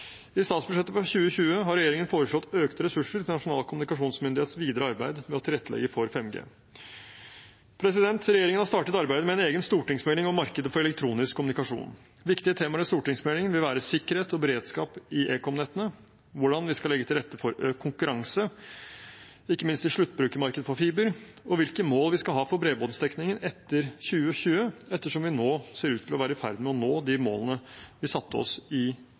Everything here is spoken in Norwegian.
I statsbudsjettet for 2020 har regjeringen foreslått økte ressurser til Nasjonal kommunikasjonsmyndighets videre arbeid med å tilrettelegge for 5G. Regjeringen har startet arbeidet med en egen stortingsmelding om markedet for elektronisk kommunikasjon. Viktige temaer i stortingsmeldingen vil være sikkerhet og beredskap i ekomnettene, hvordan vi skal legge til rette for økt konkurranse – ikke minst i sluttbrukermarkedet for fiber – og hvilke mål vi skal ha for bredbåndsdekningen etter 2020, ettersom vi nå ser ut til å være i ferd med å nå de målene vi satte oss i